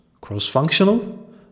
cross-functional